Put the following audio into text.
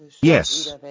Yes